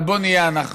אבל בואו נהיה אנחנו,